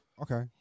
Okay